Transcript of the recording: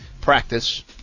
practice